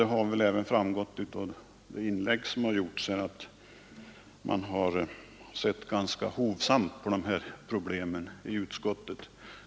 Det har väl också framgått av de inlägg som här gjorts att vi i utskottet har sett ganska hovsamt på dessa frågor.